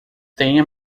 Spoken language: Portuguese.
tenha